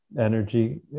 energy